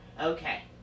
Okay